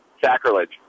sacrilege